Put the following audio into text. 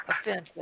offensive